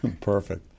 Perfect